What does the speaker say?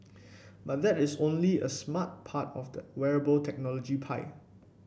but that is only a smart part of the wearable technology pie